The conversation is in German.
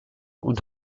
und